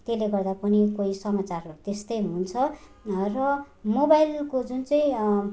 त्यसले गर्दा पनि कोही समाचारहरू त्यस्तै हुन्छ र मोबाइलको जुन चाहिँ